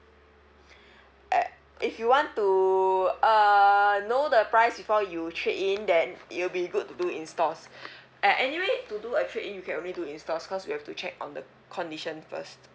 a~ if you want to uh know the price before you trade in then it will be good to do in stores and anyway to do a trade in you can only do in stores cause we have to check on the condition first